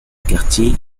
quartier